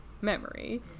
memory